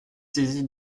saisie